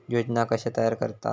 योजना कशे तयार करतात?